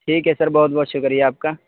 ٹھیک ہے سر بہت بہت شکریہ آپ کا